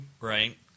Right